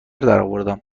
درآوردم